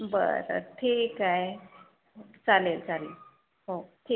बरं ठीक आहे चालेल चालेल हो ठीक